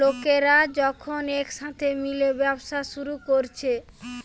লোকরা যখন একসাথে মিলে ব্যবসা শুরু কোরছে